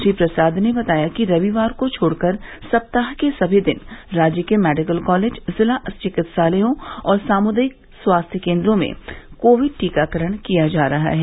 श्री प्रसाद ने बताया कि रविवार को छोड़कर सप्ताह के सभी दिन राज्य के मेडिकल कॉलेज जिला चिकित्सालयों और सामुदायिक स्वास्थ्य केन्द्रों में कोविड टीकाकरण किया जा रहा है